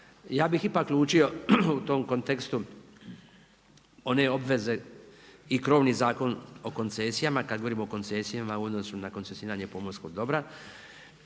razumije./… u tom kontekstu one obveze i krovni Zakon o koncesijama, kad govorim o koncesijama u odnosu na koncesioniranje pomorskog dobra,